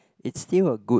it's still a good